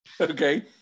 Okay